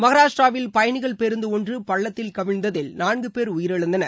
மகாராஷ்டிராவில் பயணிகள் பேருந்து ஒன்று பள்ளத்தில் கவிழ்ந்ததில் நான்கு பேர் உயிரிழந்தனர்